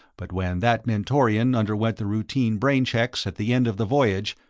but when that mentorian underwent the routine brain-checks at the end of the voyage,